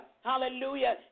Hallelujah